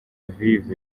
aviv